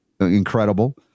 Incredible